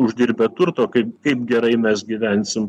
uždirbę turto kaip kaip gerai mes gyvensim